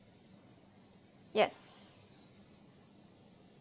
yes